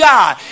God